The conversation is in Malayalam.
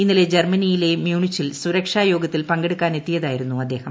ഇന്നലെ ജർമ്മനിയിലെ മ്യൂണിച്ചിൽ സുരക്ഷാ യോഗത്തിൽ പങ്കെടുക്കാൻ എത്തിയതായിരുന്നു അദ്ദേഹം